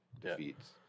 defeats